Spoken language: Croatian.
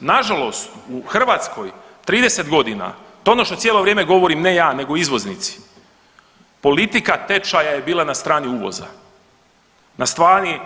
Nažalost u Hrvatskoj 30 godina, to je ono što cijelo vrijeme govorim ne ja nego izvoznici politika tečaja je bila na strani uvoza, na strani